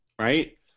right